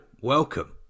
welcome